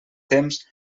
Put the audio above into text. temps